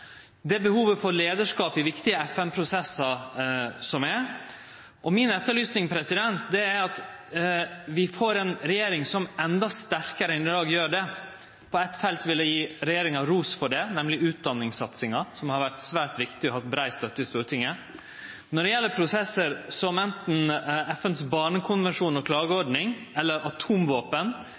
Det er behov for leiarskap i viktige FN-prosessar, og eg etterlyser ei regjering som endå sterkare enn i dag gjer det. På eitt felt vil eg gje regjeringa ros for det, det gjeld utdanningssatsinga, som har vore svært viktig og hatt brei støtte i Stortinget. Når det gjeld prosessar som anten FNs barnekonvensjon og klageordning eller atomvåpen,